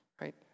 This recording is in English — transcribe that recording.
right